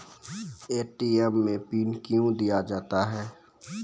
ATM मे PIN कयो दिया जाता हैं?